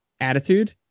attitude